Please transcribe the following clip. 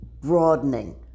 broadening